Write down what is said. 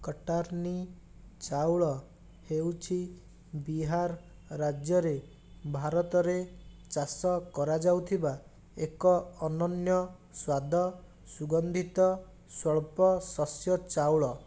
କଟର୍ନି ଚାଉଳ ହେଉଛି ବିହାର ରାଜ୍ୟରେ ଭାରତରେ ଚାଷ କରାଯାଉଥିବା ଏକ ଅନନ୍ୟ ସ୍ୱାଦ ସୁଗନ୍ଧିତ ସ୍ୱଳ୍ପ ଶସ୍ୟ ଚାଉଳ